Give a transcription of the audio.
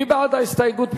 מי בעד ההסתייגות?